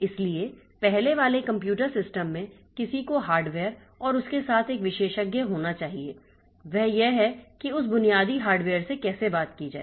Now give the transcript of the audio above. इसलिए पहले वाले कंप्यूटर सिस्टम में किसी को हार्डवेयर और उसके साथ एक विशेषज्ञ होना चाहिए वह यह है कि उस बुनियादी हार्डवेयर से कैसे बात की जाए